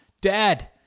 dad